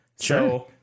Sure